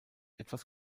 etwas